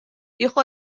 hijo